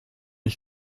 ich